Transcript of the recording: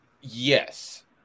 Yes